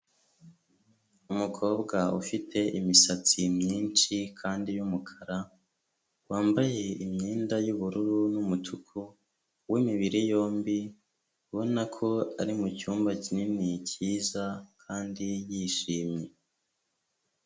Umukobwa ufite imisatsi myinshi kandi y'umukara wambaye imyenda y'ubururu n'umutuku, w'imibiri yombi, ubona ko ari mu cyumba kinini cyiza kandi yishimye.